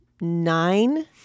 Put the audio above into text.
nine